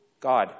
God